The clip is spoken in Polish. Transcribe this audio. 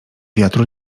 wiatru